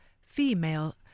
female